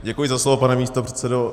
Děkuji za slovo, pane místopředsedo.